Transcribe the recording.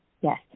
Yes